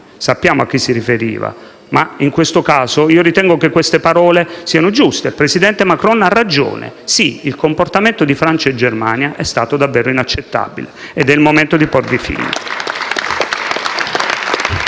Sappiamo a chi si riferiva, ma in questo caso ritengo che tali parole siano giuste. Il presidente Macron ha ragione: sì, il comportamento di Francia e Germania è stato davvero inaccettabile ed è il momento di porvi fine.